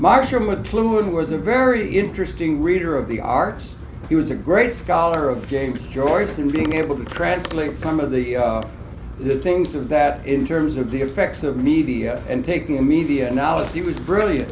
marshall mcluhan was a very interesting reader of the arts he was a great scholar of james joyce and being able to translate some of the the things of that in terms of the effects of media and taking a media analysis he was brilliant